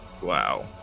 Wow